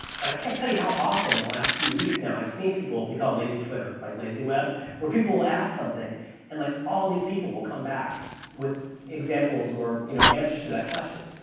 and i can't tell you how often in the last few weeks now, i've seen people become lazy twitter like lazy web where people will ask something and like all of these people will come back with examples or, you know, answers to that question.